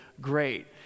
great